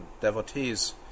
devotees